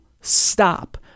stop